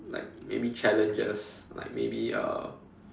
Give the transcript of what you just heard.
like maybe challenges like maybe uh